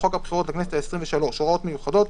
לחוק הבחירות לכנסת העשרים ושלוש (הוראות מיוחדות),